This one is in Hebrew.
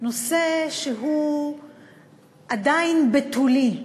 שהוא עדיין בתולי,